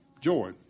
Joy